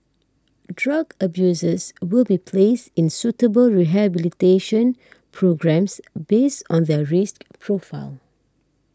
drug abusers will be placed in suitable rehabilitation programmes based on their risk profile